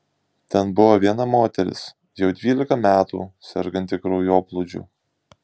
ten buvo viena moteris jau dvylika metų serganti kraujoplūdžiu